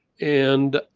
and